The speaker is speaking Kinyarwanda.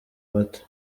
bato